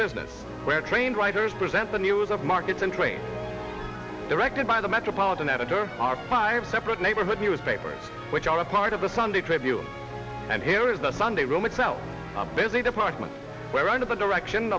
business where trained writers present the news of markets and trade directed by the metropolitan editor are five separate neighborhood newspapers which are part of the sunday preview and here is the sunday room itself a busy department where under the direction